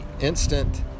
instant